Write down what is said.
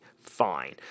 fine